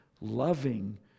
loving